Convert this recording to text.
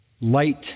light